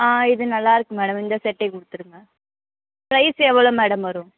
ஆ இது நல்லா இருக்குது மேடம் இந்த செட்டேயே கொடுத்துருங்க ப்ரைஸ் எவ்வளோ மேடம் வரும்